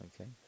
okay